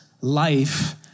life